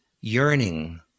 yearning